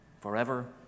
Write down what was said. forever